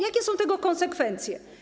Jakie są tego konsekwencje?